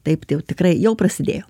taip tai jau tikrai jau prasidėjo